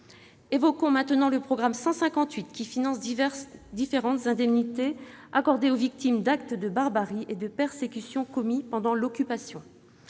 Évoquons maintenant le programme 158, qui finance différentes indemnités accordées aux victimes d'actes de barbarie et de persécution commis pendant l'Occupation.